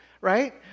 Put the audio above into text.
right